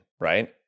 right